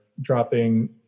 dropping